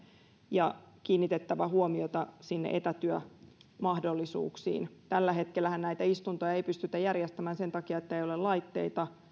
ja on kiinnitettävä huomiota sinne etätyömahdollisuuksiin tällä hetkellähän näitä istuntoja ei pystytä järjestämään sen takia että ei ole laitteita